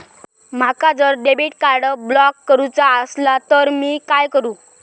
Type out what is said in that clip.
माका जर debit card block करूचा असला तर मी काय करू?